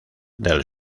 del